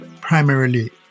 primarily